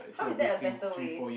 how is that a better way